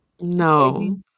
no